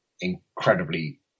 incredibly